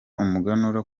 umuganura